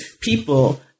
people